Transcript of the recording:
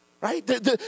right